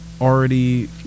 already